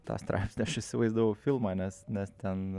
tą straipsnį aš įsivaizdavau filmą nes nes ten